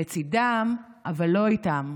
/ לצידם אבל לא איתם,